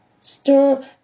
Stir